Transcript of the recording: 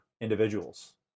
individuals